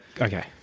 Okay